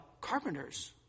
carpenters